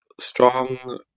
strong